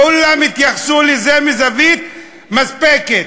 כולם התייחסו לזה מזווית מספקת,